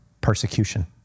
persecution